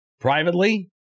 Privately